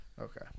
Okay